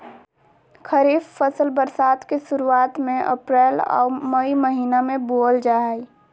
खरीफ फसल बरसात के शुरुआत में अप्रैल आ मई महीना में बोअल जा हइ